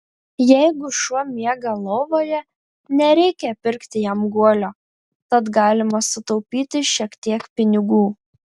jeigu šuo miega lovoje nereikia pirkti jam guolio tad galima sutaupyti šiek tiek pinigų